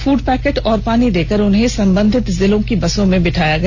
food packet एवं पानी देकर उन्हें संबंधित जिले की बसों में बैठाया गया